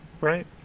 Right